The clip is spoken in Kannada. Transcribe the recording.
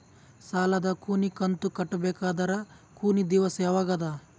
ಸಾಲದ ಕೊನಿ ಕಂತು ಕಟ್ಟಬೇಕಾದರ ಕೊನಿ ದಿವಸ ಯಾವಗದ?